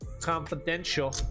Confidential